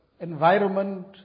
environment